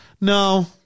No